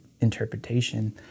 interpretation